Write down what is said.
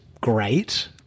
great